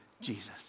Jesus